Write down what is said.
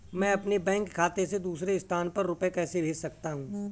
मैं अपने बैंक खाते से दूसरे स्थान पर रुपए कैसे भेज सकता हूँ?